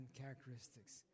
characteristics